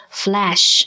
flash